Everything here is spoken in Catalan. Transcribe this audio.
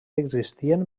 existien